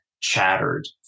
chattered